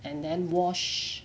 and then wash